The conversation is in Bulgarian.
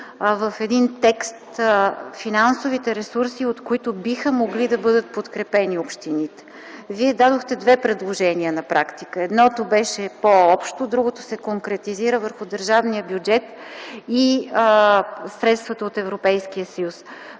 в един текст финансовите ресурси, от които биха могли да бъдат подкрепени общините. Вие дадохте две предложения на практика. Едното беше по-общо, а другото се конкретизира върху държавния бюджет и средствата от Европейския съюз.